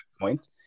point